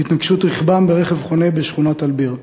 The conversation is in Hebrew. בהתנגשות רכבם ברכב חונה בשכונת אלביר.